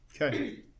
Okay